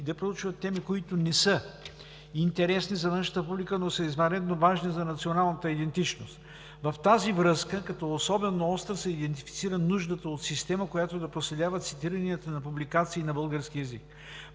да проучват теми, които не са интересни за външната публика, но са извънредно важни за националната идентичност. В тази връзка като особено остра се идентифицира нуждата от система, която да проследява цитиранията на публикации на български език.